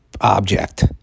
object